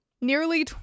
nearly